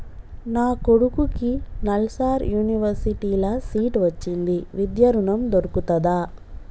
నా కొడుకుకి నల్సార్ యూనివర్సిటీ ల సీట్ వచ్చింది విద్య ఋణం దొర్కుతదా?